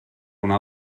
una